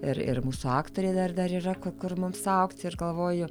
ir ir mūsų aktoriai dar dar yra kur kur mums augti ir galvoju